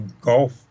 golf